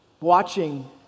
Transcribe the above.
Watching